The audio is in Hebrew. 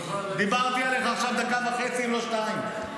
דיברתי עליך עכשיו דקה וחצי אם לא שתיים.